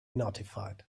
notified